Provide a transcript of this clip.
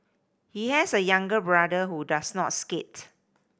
he has a younger brother who does not skate